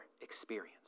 experience